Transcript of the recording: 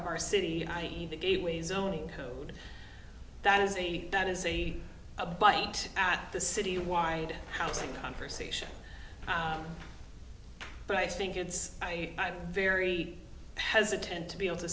of our city i e the gateway zoning code that is a that is a a bite at the citywide housing conversation but i think it's i very hesitant to be able to